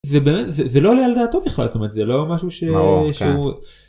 זה באמת... זה, זה לא עלה על דעתו בכלל, זאת אומרת, זה לא משהו ש... שהוא... -ברור, כן.